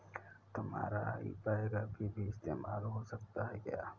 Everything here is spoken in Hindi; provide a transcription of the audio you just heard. तुम्हारा आई बैन अभी भी इस्तेमाल हो सकता है क्या?